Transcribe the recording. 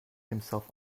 himself